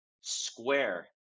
Square